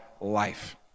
life